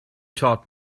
taught